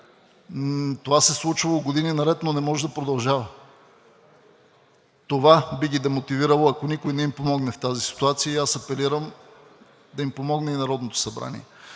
Това се е случвало години наред, но не може да продължава. Това би ги демотивирало, ако никой не им помогне в тази ситуация, и аз апелирам да им помогне и Народното събрание.